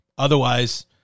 Otherwise